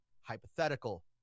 hypothetical